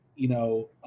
you know,